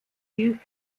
die